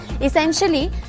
essentially